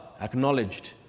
acknowledged